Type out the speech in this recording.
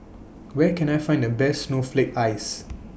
Where Can I Find The Best Snowflake Ice